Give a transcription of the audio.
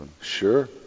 Sure